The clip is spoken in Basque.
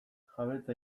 jabetza